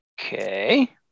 okay